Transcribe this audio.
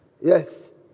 Yes